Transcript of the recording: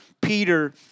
Peter